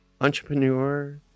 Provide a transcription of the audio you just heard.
entrepreneur